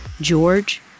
George